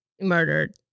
murdered